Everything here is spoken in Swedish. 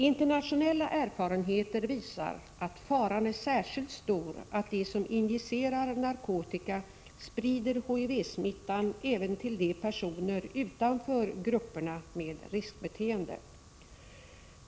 Internationella erfarenheter visar att faran är särskilt stor att de som injicerar narkotika sprider HIV-smittan även till personer utanför grupperna med riskbeteenden.